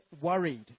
worried